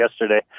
yesterday